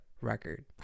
record